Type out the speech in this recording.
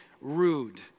rude